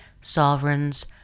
sovereigns